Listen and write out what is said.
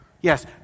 Yes